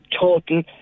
total